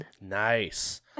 Nice